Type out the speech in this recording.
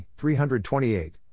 328